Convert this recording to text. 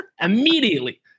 Immediately